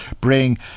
bring